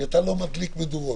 כי אתה לא מדליק מדורות.